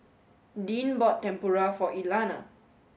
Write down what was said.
Deann bought Tempura for Elana